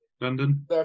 London